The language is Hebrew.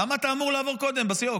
למה אתה אמור לעבור קודם, בסיוק?